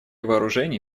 вооружений